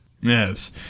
Yes